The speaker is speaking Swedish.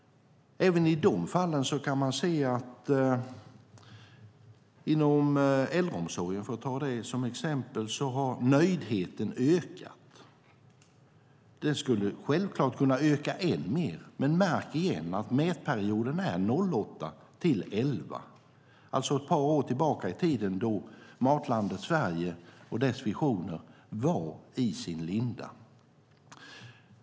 Bland de fallen kan man se att inom äldreomsorgen, för att ta det som exempel, har nöjdheten ökat. Den skulle självklart kunna öka ännu mer, men märk att mätperioden är 2008-2011, alltså ett par år tillbaka i tiden då projektet och visionerna om Matlandet Sverige var i sin linda.